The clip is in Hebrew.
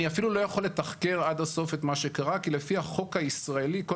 אני אפילו לא יכול לתחקר עד הסוף את מה שקרה כי לפי החוק הישראלי כל